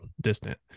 distant